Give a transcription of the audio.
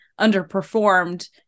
underperformed